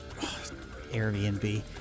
Airbnb